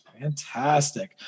Fantastic